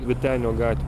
vytenio gatvė